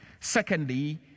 Secondly